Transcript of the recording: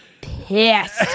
pissed